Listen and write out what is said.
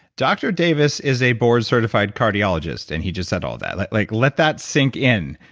dr. davis is a board-certified cardiologist and he just said all that. like let that sink in.